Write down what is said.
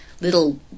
little